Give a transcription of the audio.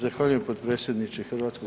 Zahvaljujem potpredsjedniče HS.